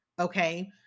okay